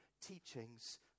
teachings